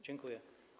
Dziękuję.